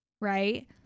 Right